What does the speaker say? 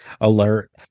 alert